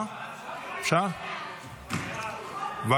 28